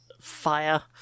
fire